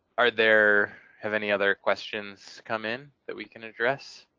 are there. have any other questions come in that we can address?